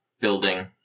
building